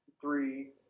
three